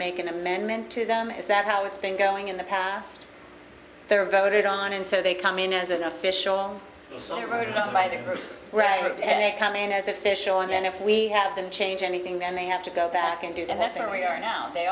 make an amendment to them is that how it's been going in the past they're voted on and so they come in as an official it's already done by the right and they come in as official and then if we have them change anything then they have to go back and do it and that's where we are now they